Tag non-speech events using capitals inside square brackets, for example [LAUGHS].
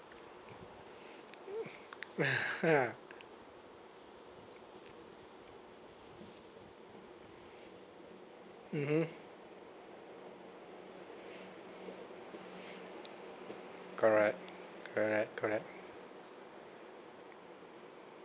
[LAUGHS] mmhmm correct correct correct